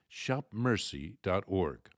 shopmercy.org